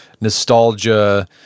nostalgia